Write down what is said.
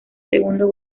segundo